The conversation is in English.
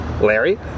Larry